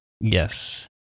Yes